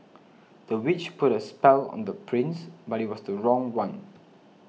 the witch put a spell on the prince but it was the wrong one